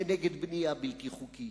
כנגד בנייה בלתי חוקית.